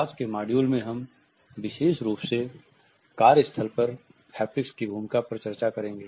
आज के मॉड्यूल में हम विशेष रूप से कार्य स्थल पर हैप्टिक्स की भूमिका पर चर्चा करेंगे